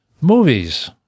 movies